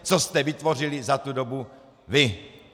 Co jste vytvořili za tu dobu vy?